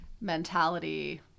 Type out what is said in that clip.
mentality